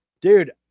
dude